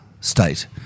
state